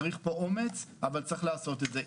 צריך פה אומץ, אבל צריך לעשות את זה.